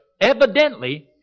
Evidently